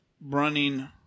running